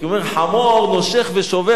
ששובר את העצמות.